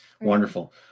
wonderful